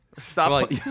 Stop